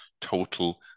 Total